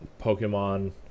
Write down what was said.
Pokemon